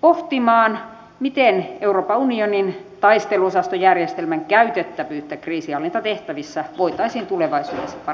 pohtimaan miten euroopan unionin taisteluosastojärjestelmän käytettävyyttä kriisinhallintatehtävissä voitaisiin tulevaisuudessa parantaa